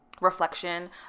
reflection